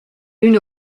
üna